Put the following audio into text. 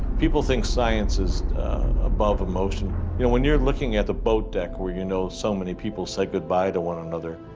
people think science is above emotion you know when you're looking at a boat deck where you know so many people say goodbye to one another.